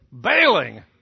bailing